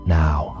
now